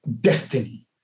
destiny